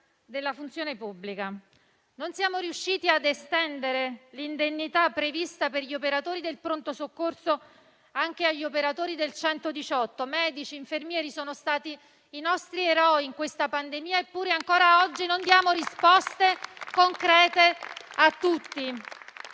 della funzione pubblica. Non siamo riusciti ad estendere l'indennità prevista per gli operatori del Pronto soccorso anche agli operatori del 118: medici e infermieri sono stati i nostri eroi in questa pandemia, eppure ancora oggi non diamo risposte concrete a tutti.